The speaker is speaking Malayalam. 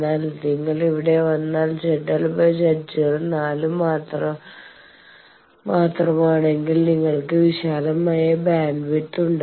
എന്നാൽ നിങ്ങൾ ഇവിടെ വന്നാൽ ZL Z0 നാല് മാത്രമാണെങ്കിൽ നിങ്ങൾക്ക് വിശാലമായ ബാൻഡ്വിഡ്ത്ത് ഉണ്ട്